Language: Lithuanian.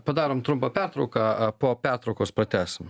padarom trumpą pertrauką po pertraukos pratęsim